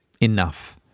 Enough